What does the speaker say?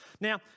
Now